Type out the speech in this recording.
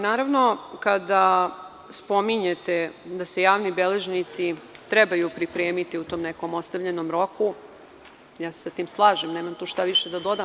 Naravno, kada spominjete da se javni beležnici trebaju pripremiti u tom nekom ostavljenom roku, ja se sa tim slažem i nemam šta tu više da dodam.